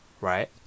right